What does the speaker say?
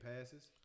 passes